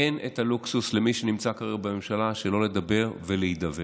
אין את הלוקסוס למי שנמצא כרגע בממשלה שלא לדבר ולהידבר.